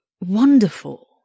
wonderful